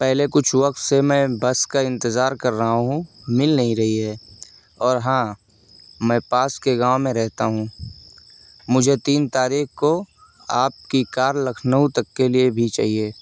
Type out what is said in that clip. پہلے کچھ وقت سے میں بس کا اتنظار کر رہا ہوں مل نہیں رہی ہے اور ہاں میں پاس کے گاؤں میں رہتا ہوں مجھے تین تاریخ کو آپ کی کار لکھنؤ تک کے لیے بھی چاہیے